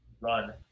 run